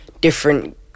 different